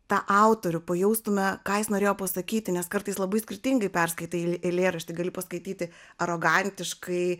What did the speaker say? tą autorių pajaustume ką jis norėjo pasakyti nes kartais labai skirtingai perskaitai eilėraštį gali paskaityti arogantiškai